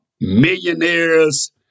millionaires